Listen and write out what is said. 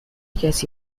کسی